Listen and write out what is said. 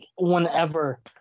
whenever